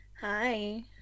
Hi